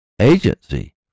agency